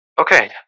okay